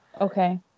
Okay